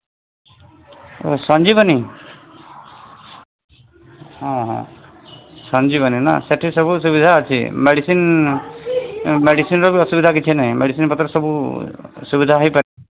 ସଂଜୀବନୀ ହଁ ହଁ ସଂଜୀବନୀ ନା ସେଠି ସବୁ ସୁବିଧା ଅଛି ମେଡିସିନ୍ ମେଡିସିନ୍ର ବି ଅସୁବିଧା କିଛି ନାହିଁ ମେଡିସିନ୍ ପତ୍ର ସବୁ ସୁବିଧା ହୋଇପାରିବ